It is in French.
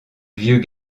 vieux